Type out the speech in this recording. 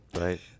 Right